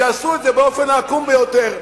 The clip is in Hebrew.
שעשו את זה באופן העקום ביותר.